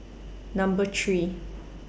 Number three